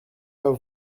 pas